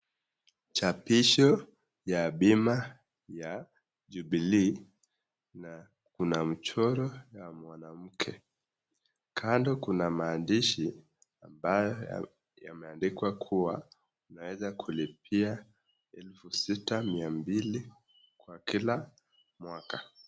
Chapisho ya bima ya Jubilee na kuna mchoro ya mwanamke. Kando kuna maandisshi ambayo yameandikwa kuwa unaweza kulipia 6,200 kwa kila mwaka.